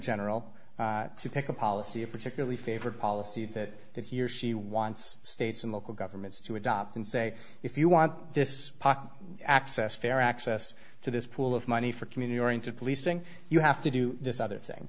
general to pick a policy of particularly favored policy that that he or she wants states and local governments to adopt and say if you want this access fair access to this pool of money for community oriented policing you have to do this other thing